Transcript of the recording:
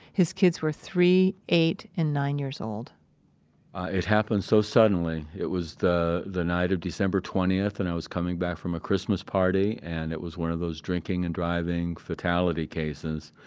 his kids were three, eight, and nine-years-old ah, it happened so suddenly. it was the, the night of december twentieth, and i was coming back from a christmas party. and it was one of those drinking and driving fatality cases.